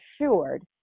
assured